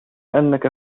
أنك